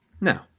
Now